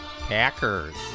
Packers